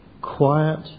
quiet